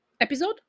episode